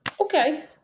okay